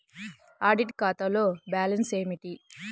Audit ఖాతాలో balance ఏమిటీ?